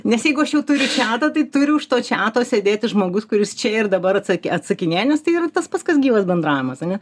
nes jeigu aš jau turiu čiatą tai turi už tą čiato sėdėti žmogus kuris čia ir dabar atsak atsakinėja nes tai yra tas pats kas gyvas bendravimas ar ne